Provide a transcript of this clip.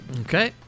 Okay